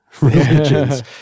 religions